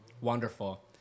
Wonderful